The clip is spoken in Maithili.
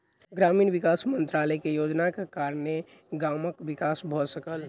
ग्रामीण विकास मंत्रालय के योजनाक कारणेँ गामक विकास भ सकल